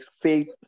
faith